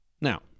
Now